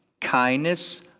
kindness